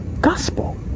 gospel